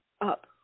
up